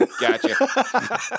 Gotcha